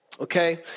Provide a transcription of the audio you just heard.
okay